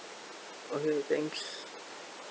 okay thanks